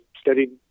studied